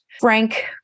frank